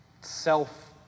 self